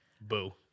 Boo